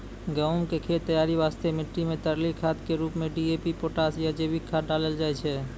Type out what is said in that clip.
गहूम के खेत तैयारी वास्ते मिट्टी मे तरली खाद के रूप मे डी.ए.पी पोटास या जैविक खाद डालल जाय छै